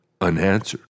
unanswered